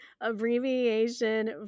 abbreviation